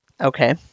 Okay